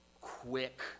quick